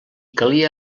calia